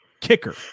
kicker